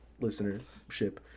listenership